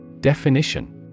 Definition